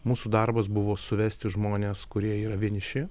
mūsų darbas buvo suvesti žmones kurie yra vieniši